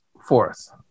Fourth